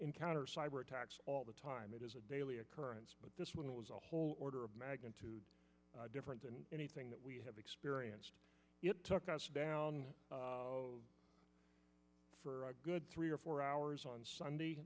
encounter cyber attacks all the time it is a daily occurrence but this one was a whole order of magnitude different than anything that we have experienced it took us down for a good three or four hours on that sunday